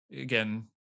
again